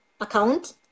account